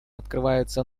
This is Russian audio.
открываются